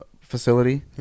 facility